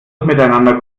miteinander